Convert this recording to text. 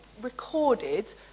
recorded